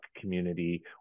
community